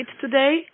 today